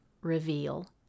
reveal